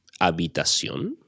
habitación